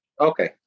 Okay